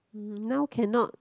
mm now cannot